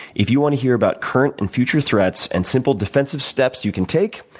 if you want to hear about current and future threats and simple, defensive steps you can take,